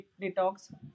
detox